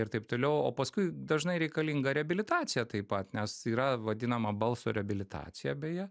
ir taip toliau o paskui dažnai reikalinga reabilitacija taip pat nes yra vadinama balso reabilitacija beje